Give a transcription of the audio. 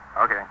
Okay